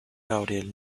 gabriel